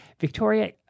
Victoria